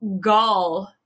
gall